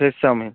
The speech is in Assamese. veg chowmein